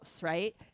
right